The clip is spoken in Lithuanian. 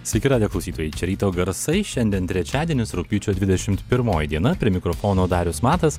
sveiki radijo klausytojai čia ryto garsai šiandien trečiadienis rugpjūčio dvidešimt pirmoji diena prie mikrofono darius matas